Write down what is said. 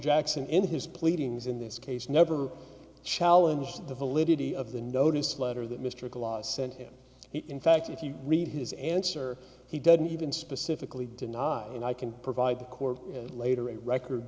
jackson in his pleadings in this case never challenged the validity of the notice letter that mr clause sent him in fact if you read his answer he didn't even specifically denied and i can provide the court later a record